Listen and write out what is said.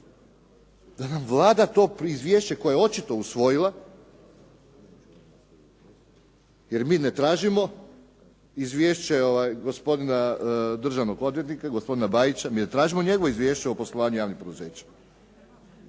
da nam Vlada to izvješće koje je očito usvojila, jer mi ne tražimo izvješće gospodina državnog odvjetnika, gospodina Bajića, mi ne tražimo njegovo izvješće o poslovanju javnim poduzećima.